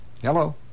Hello